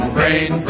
Brain